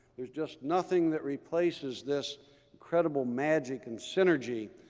there's just nothing that replaces this incredible magic and synergy,